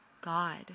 God